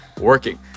working